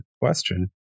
question